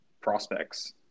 prospects